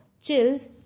chills